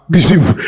Receive